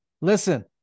listen